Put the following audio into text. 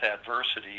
adversity